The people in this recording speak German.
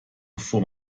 bevor